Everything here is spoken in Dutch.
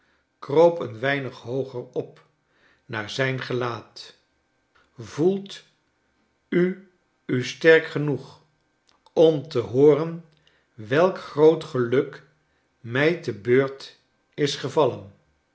kroop een weinig hooger op naar zijn geiaat voelt u u sterk genoeg om te hooren welk groot geluk mij te beurt is gevallen